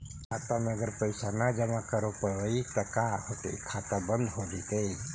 खाता मे अगर पैसा जमा न कर रोपबै त का होतै खाता बन्द हो जैतै?